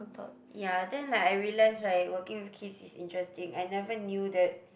ya then like I realise right working with kids is interesting I never knew that